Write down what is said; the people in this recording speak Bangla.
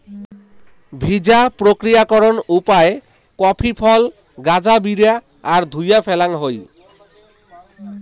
ভিজা প্রক্রিয়াকরণ উপায় কফি ফল গাঁজা বিরা আর ধুইয়া ফ্যালাং হই